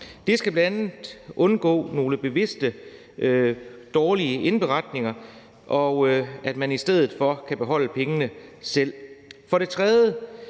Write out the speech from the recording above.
Det sker bl.a. for at undgå nogle bevidst dårlige indberetninger, og at man i stedet for kan beholde pengene selv. For det tredje